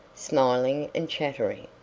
smiling and chattering,